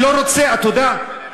אתה יודע,